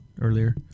earlier